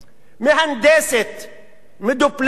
מהנדסת מדופלמת,